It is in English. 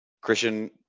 Christian